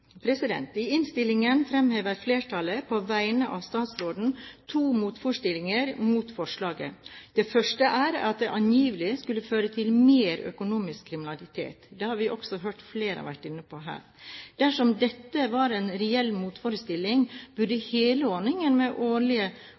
I innstillingen fremhever flertallet – på vegne av statsråden – to motforestillinger mot forslaget. Det første er at det angivelig skulle føre til mer økonomisk kriminalitet. Det har vi også hørt flere har vært inne på her. Dersom dette var en reell motforestilling, burde hele ordningen med